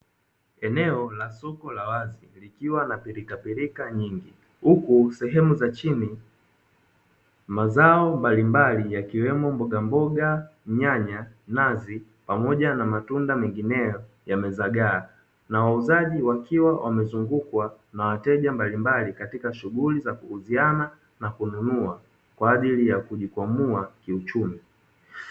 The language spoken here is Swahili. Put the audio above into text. Eneo la soko la wazi likiwa na pilikapilika nyingi, huku sehemu za chini mazao mbalimbali yakiwemo mbogamboga, nyanya, nazi pamoja na matunda mengineyo yamezagaa, na wauzaji wakiwa wamezungukwa na wateja mbalimbali katika shughuli za kuuziana na kununua kwa ajili ya kujikwamua kiuchumi.